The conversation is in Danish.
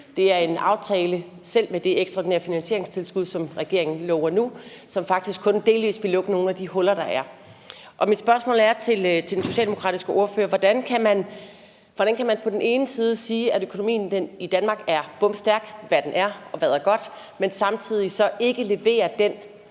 Det er en aftale, selv med det ekstra finansieringstilskud, som regeringen laver nu, der faktisk kun delvis vil lukke nogle af de huller, der er. Mit spørgsmål til den socialdemokratiske ordfører er: Hvordan kan man på den ene side sige, at økonomien i Danmark er bomstærk – hvad den er, og hvad der er godt – mens man så samtidig ikke leverer den